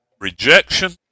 rejection